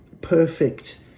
perfect